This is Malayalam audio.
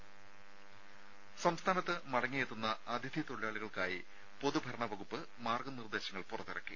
രുദ സംസ്ഥാനത്ത് മടങ്ങിയെത്തുന്ന അതിഥി തൊഴിലാളികൾക്കായി പൊതു ഭരണ വകുപ്പ് മാർഗ്ഗ നിർദ്ദേശങ്ങൾ പുറത്തിറക്കി